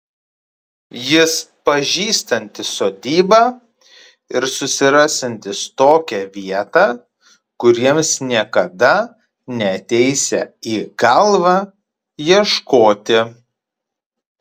jis pažįstantis sodybą ir susirasiantis tokią vietą kur jiems niekada neateisią į galvą ieškoti